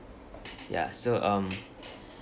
ya so um